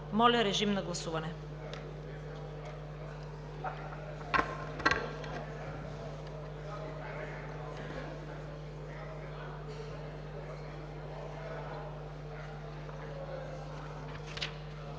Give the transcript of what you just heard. Моля режим на гласуване.